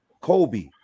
Kobe